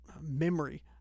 memory